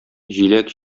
җиләк